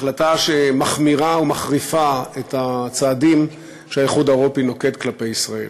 החלטה שמחמירה ומחריפה את הצעדים שהאיחוד האירופי נוקט כלפי ישראל.